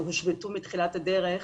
שהושבתו בתחילת הדרך.